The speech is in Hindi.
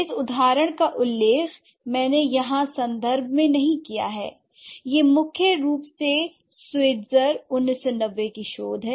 इस उदाहरण का उल्लेख मैंने यहाँ संदर्भ में नहीं दिया है यह मुख्य रूप से स्वित्ज़र १९९० की शोध है